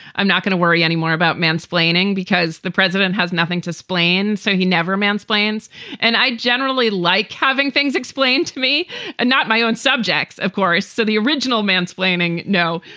i'm not going to worry anymore about mansplaining because the president has nothing to splain, say so he never man's plans and i generally like having things explained to me and not my own subjects, of course. so the original mansplaining? no,